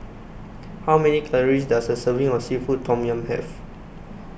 How Many Calories Does A Serving of Seafood Tom Yum Have